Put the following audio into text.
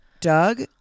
Doug